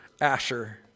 Asher